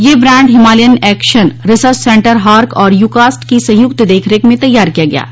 यह brand Himalayan action research centre हार्क और यू कॉस्ट की संयुक्त देखरेख में तैयार किया गया है